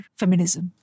feminism